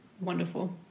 wonderful